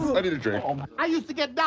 i need a drink. um i used to get